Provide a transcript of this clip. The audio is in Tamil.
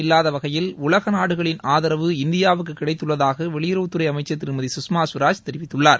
இல்லாத வகையில் உலக நாடுகளின் கிடைத்துள்ளதாக வெளியுறவுத்துறை அமைச்சர் திருமதி சுஷ்மா ஸ்வராஜ் தெரிவித்துள்ளார்